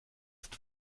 ist